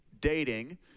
dating